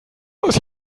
was